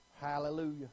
Hallelujah